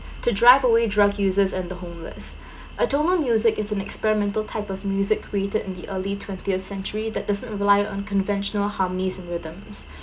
to drive away drug users and the homeless atonal music is an experimental type of music created in the early twentieth century that doesn't rely on conventional harmonies and rhythms